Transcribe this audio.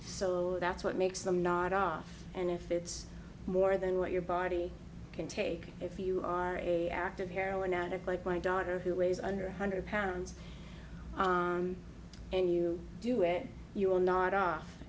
so that's what makes them not off and if it's more than what your body can take if you are a active heroin addict like my daughter who weighs under one hundred pounds and you do it you will nod off